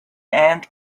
ant